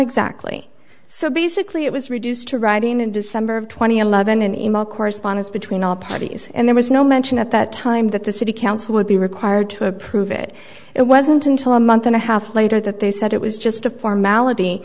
exactly so basically it was reduced to writing in december of two thousand and eleven an e mail correspondence between all parties and there was no mention at that time that the city council would be required to approve it it wasn't until a month and a half later that they said it was just a formality